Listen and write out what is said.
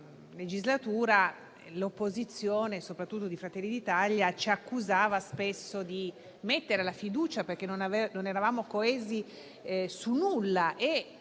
passata legislatura l'opposizione, soprattutto Fratelli d'Italia, ci accusava spesso di mettere la fiducia perché non eravamo coesi su nulla,